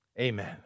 amen